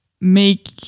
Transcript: make